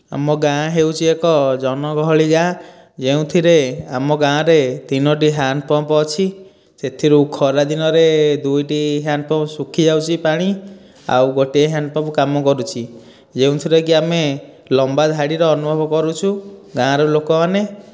ଆମ ଗାଁ ହେଉଛି ଏକ ଜନଗହଳି ଗାଁ ଯେଉଁଥିରେ ଆମ ଗାଁରେ ତିନୋଟି ହାଣ୍ଡ୍ ପମ୍ପ୍ ଅଛି ସେଥିରୁ ଖରା ଦିନରେ ଦୁଇଟି ହାଣ୍ଡ୍ ପମ୍ପ୍ ଶୁଖିଯାଉଛି ପାଣି ଆଉ ଗୋଟିଏ ହାଣ୍ଡ୍ ପମ୍ପ୍ କାମ କରୁଛି ଯେଉଁଥିରେକି ଆମେ ଲମ୍ବା ଧାଡ଼ିର ଅନୁଭବ କରୁଛୁ ଗାଁର ଲୋକମାନେ